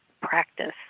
practice